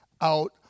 out